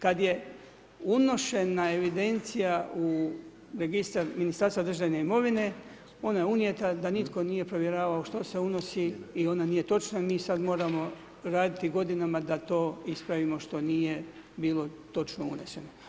Kada je unošena evidencija u registar Ministarstva državne imovine ona je unijeta da nitko nije provjeravao što se unosi i ona nije točna i mi sada moramo raditi godinama da to ispravimo što nije bilo točno uneseno.